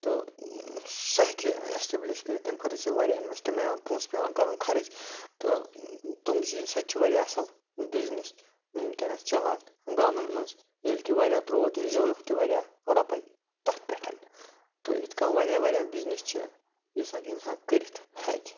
تہٕ سۄ ہیٚکہِ ایٚسٹیبلش کٔرِتھ تمہ خٲطرٕ چھِ واریاہ اِنویٚسٹ یِم پونٛسہٕ پیٚوان کَرُن خرچ تہٕ تِم چیٖز سۄ تہِ چھِ واریاہ اصل بِزنِس ونکیٚنَس چَلان گامَن مَنٛز ییٚلہِ کہِ واریاہَو تروٚو تہِ زیونُکھ تہِ واریاہ رۄپے تتھ پیٚٹھ تہٕ یِتھ کنۍ واریاہ واریاہ بِزنِس چھِ یُس اکھ اِنسان کٔرِتھ ہیٚکہِ